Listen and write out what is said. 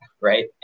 right